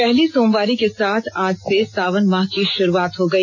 पहली सोमवारी के साथ आज से सावन माह की शुरुआत हो गई